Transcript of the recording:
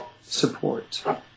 support